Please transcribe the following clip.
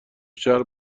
شهر